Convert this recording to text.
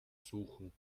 suchen